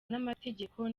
n’amategeko